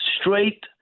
straight